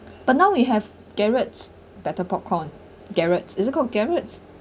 but now we have garrets better popcorn garrets is it called garrets